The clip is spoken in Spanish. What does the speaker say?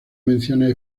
menciones